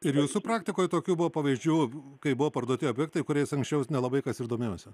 ir jūsų praktikoj tokių buvo pavyzdžių kai buvo parduoti objektai kuriais anksčiau nelabai kas ir domėjosi